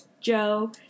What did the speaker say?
Joe